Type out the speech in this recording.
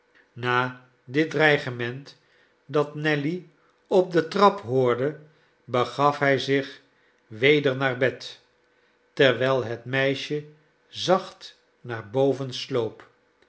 na dit dreigement dat nelly op de trap hoorde begaf hij zich weder naar bed terwijl het meisje zacht naar boven sloop